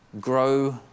Grow